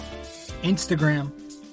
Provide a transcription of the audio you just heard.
Instagram